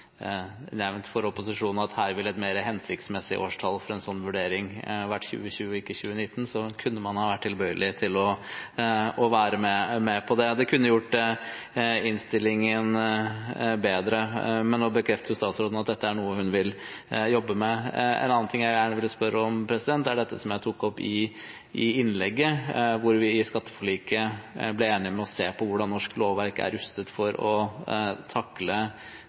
nevnt for opposisjonen at et mer hensiktsmessig årstall for en sånn vurdering ville ha vært 2020 og ikke 2019, kunne man ha vært tilbøyelig til å være med på det. Det kunne gjort innstillingen bedre. Men nå bekrefter statsråden at dette er noe hun vil jobbe med. En annen ting jeg gjerne vil spørre om, er det som jeg tok opp i innlegget, om at vi i skatteforliket ble enige om å se på hvordan norsk lovverk er rustet for å takle